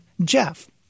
Jeff